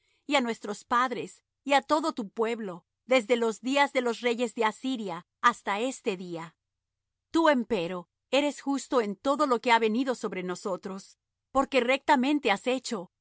y á nuestros padres y á todo tu pueblo desde los días de los reyes de asiria hasta este día tú empero eres justo en todo lo que ha venido sobre